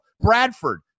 Bradford